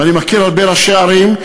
ואני מכיר הרבה ראשי ערים.